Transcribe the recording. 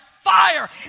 fire